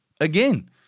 Again